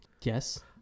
yes